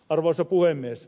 arvoisa puhemies